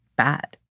bad